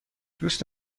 دوست